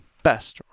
Best